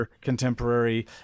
contemporary